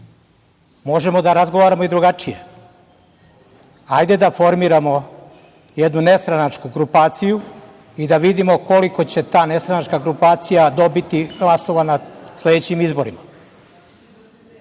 možemo da razgovaramo i drugačije. Ajde da formiramo jednu nestranačku grupaciju i da vidimo koliko će ta nestranačka grupacija dobiti glasova na sledećim izborima